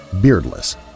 beardless